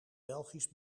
belgisch